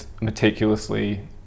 meticulously